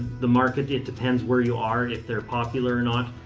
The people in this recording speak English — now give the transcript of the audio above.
the market, it depends where you are if they're popular or not.